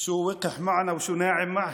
כמה הוא חצוף כלפינו וחמוד כלפיהם.)